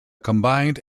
combined